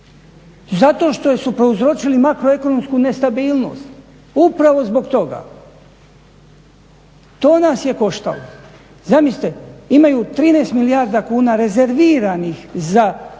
Zato što su prouzročili makroekonomsku nestabilnost, upravo zbog toga. To nas je koštalo. Zamislite, imaju 13 milijardi kuna rezerviranih za nemirenje